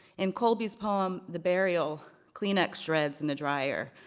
in colby's poem, the burial, kleenex shreds in the dryer,